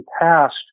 passed